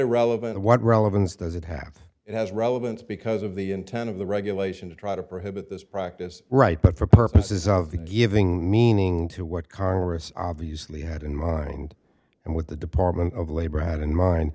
irrelevant what relevance does it have it has relevance because of the intent of the regulation to try to prohibit this practice right but for purposes of the giving meaning to what congress obviously had in mind and what the department of labor had in mind